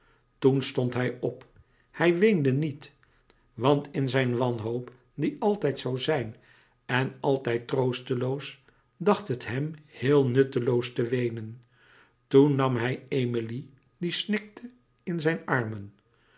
toen stond hij op hij weende niet want in zijn wanhoop die altijd zoû zijn en altijd troosteloos dacht het hem heel nutteloos te weenen toen nam hij emilie die snikte in zijn armen